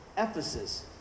Ephesus